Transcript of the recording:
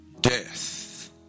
Death